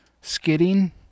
skidding